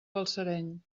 balsareny